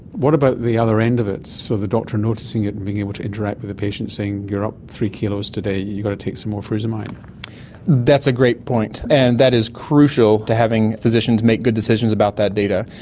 what about at the other end of it, so the doctor noticing it and being able to interact with the patient saying, you are up three kilos today, you've got to take some more frusemide. that's a great point, and that is crucial to having physicians make good decisions about that data.